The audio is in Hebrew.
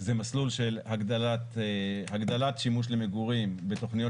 זה מסלול של הגדלת שימוש למגורים בתוכניות